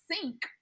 sink